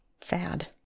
sad